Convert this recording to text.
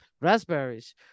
raspberries